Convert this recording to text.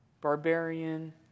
barbarian